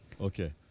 Okay